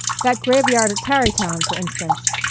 that graveyard at tarrytown, for instance.